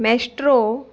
maestro